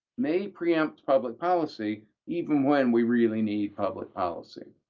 may preempt public policy even when we really need public policy,